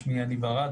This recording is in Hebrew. שמי יניב ארד,